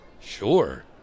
Sure